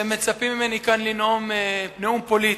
שמצפים ממני כאן לנאום נאום פוליטי.